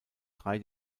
drei